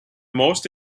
most